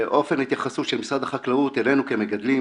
אופן ההתייחסות של משרד החקלאות אלינו כמגדלים